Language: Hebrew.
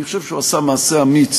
אני חושב שהוא עשה מעשה אמיץ